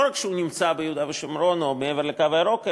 רק שהוא נמצא ביהודה ושומרון או מעבר לקו הירוק,